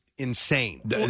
Insane